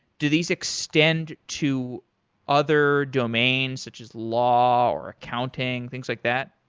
do these extend to other domains such as law, or accounting, things like that?